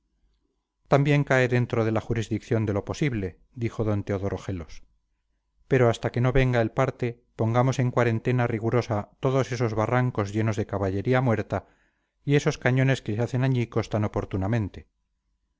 también cae dentro de la jurisdicción de lo posible dijo d teodoro gelos pero hasta que no venga el parte pongamos en cuarentena rigurosa todos esos barrancos llenos de caballería muerta y esos cañones que se hacen añicos tan oportunamente